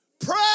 pray